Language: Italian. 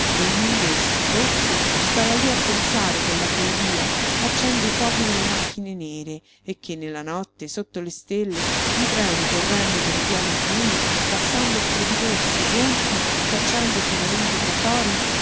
ognun d'essi forse stava lí a pensare che la follía accende i fuochi nelle macchine nere e che nella notte sotto le stelle i treni correndo per i piani buj passando strepitosi sui ponti cacciandosi nei lunghi trafori